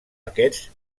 aquests